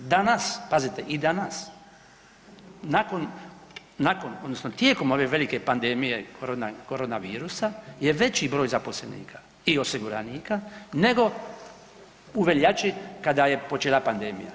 Danas, pazite i danas, nakon, nakon, odnosno tijekom ove velike pandemije korona virusa je veći broj zaposlenika i osiguranika nego u veljači kada je počela pandemija.